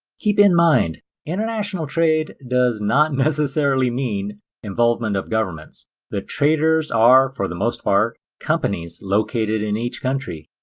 keep in mind international trade does not necessarily mean involvement of governments the traders are for the most part companies located in each country.